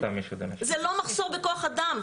זה לא מחסור בכוח אדם,